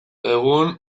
egun